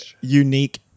unique